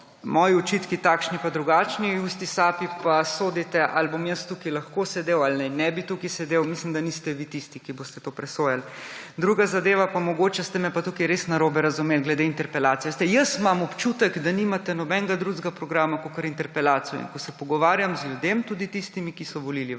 moji očitki takšni pa drugačni, v isti sapi pa sodite, ali bom jaz tukaj lahko sedel ali naj ne bi tukaj sedel. Mislim, da niste vi tisti, ki boste to presojali. Druga zadeva – mogoče ste me pa tukaj res narobe razumeli, glede interpelacije. Jaz imam občutek, da nimate nobenega drugega programa kakor interpelacijo. In ko se pogovarjam z ljudmi, tudi tistimi, ki so volili vas,